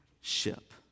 ship